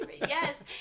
Yes